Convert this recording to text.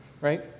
right